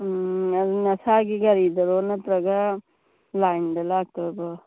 ꯎꯝ ꯑꯗꯨ ꯅꯁꯥꯒꯤ ꯒꯥꯔꯤꯗꯔꯣ ꯅꯠꯇ꯭ꯔꯒ ꯂꯥꯏꯟꯗ ꯂꯛꯇꯣꯔꯤꯕꯣ